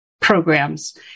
programs